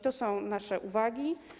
To są nasze uwagi.